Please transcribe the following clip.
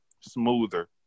smoother